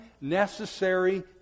necessary